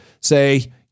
say